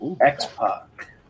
X-Pac